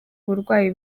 uburwayi